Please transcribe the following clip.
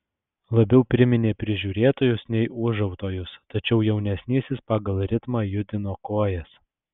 labiau priminė prižiūrėtojus nei ūžautojus tačiau jaunesnysis pagal ritmą judino kojas